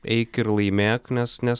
eik ir laimėk nes nes